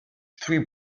three